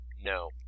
No